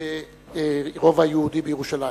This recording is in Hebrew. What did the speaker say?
ברובע היהודי בירושלים.